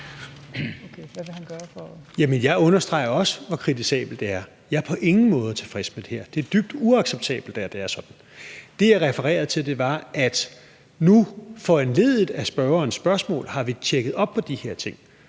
jeg understreger også, hvor kritisabelt det er. Jeg er på ingen måde tilfreds med det her. Det er dybt uacceptabelt, at det er sådan. Det, jeg refererede til, var, at nu – foranlediget af spørgerens spørgsmål – har vi tjekket op på de her ting,